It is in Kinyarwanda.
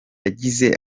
yagize